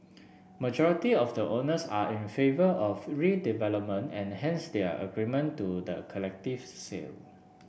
majority of the owners are in favour of redevelopment and hence their agreement to the collectives sale